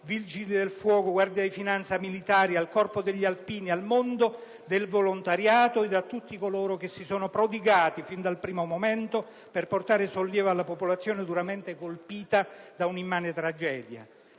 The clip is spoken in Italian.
vigili del fuoco, alla Guardia di finanza, ai militari, al Corpo degli alpini, al mondo del volontariato e a tutti coloro che si sono prodigati, fin dal primo momento, per portare sollievo alla popolazione duramente colpita da una immane tragedia.